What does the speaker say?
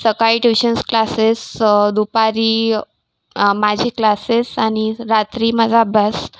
सकाळी tuitions classes दुपारी माझे क्लासेस आणि रात्री माझा अभ्यास